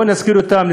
בואו נזכיר אותם,